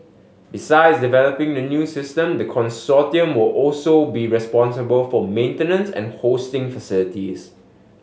besides developing the new system the consortium will also be responsible for maintenance and hosting facilities